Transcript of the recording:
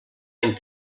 any